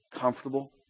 comfortable